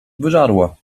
wyżarła